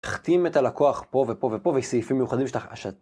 תחתים את הלקוח פה ופה ופה וסעיפים מיוחדים שאתה...